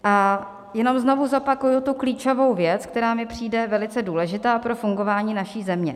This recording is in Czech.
A jenom znovu zopakuji tu klíčovou věc, která mi přijde velice důležitá pro fungování naší země.